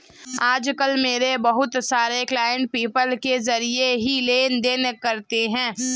आज कल मेरे बहुत सारे क्लाइंट पेपाल के जरिये ही लेन देन करते है